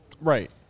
Right